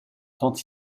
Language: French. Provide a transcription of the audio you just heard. tant